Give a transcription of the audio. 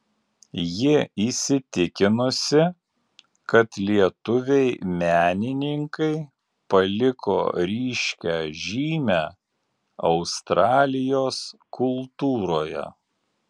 ji įsitikinusi kad lietuviai menininkai paliko ryškią žymę australijos kultūroje